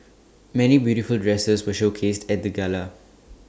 many beautiful dresses were showcased at the gala